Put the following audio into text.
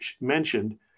mentioned